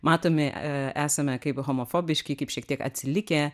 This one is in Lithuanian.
matomi esame kaip homofobiški kaip šiek tiek atsilikę